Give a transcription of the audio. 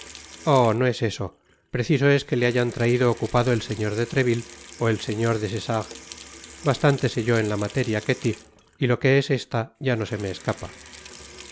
oh no es eso preciso es que le hayan traido ocupado el señor de treville ó el señor des essarts bastante sé yo en la materia kelty y lo que es esta ya no se me escapa